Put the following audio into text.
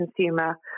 consumer